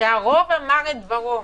כשהרוב אמר את דברו.